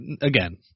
again